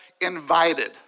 invited